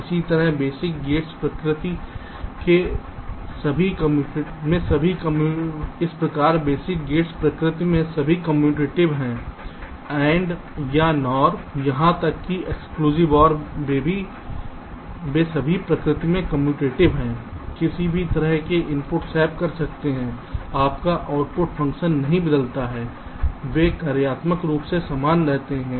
इसी प्रकार basic gates प्रकृति में सभी कम्यूटेटिव हैं NAND या NOR यहां तक कि एक्सक्लूसिव OR वे सभी प्रकृति में कम्यूटेटिव हैं किसी भी तरह से इनपुट स्वैप कर सकते हैं आपका आउटपुट फ़ंक्शन नहीं बदलता है वे कार्यात्मक रूप से समान रहते हैं